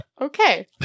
Okay